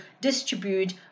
distribute